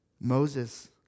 Moses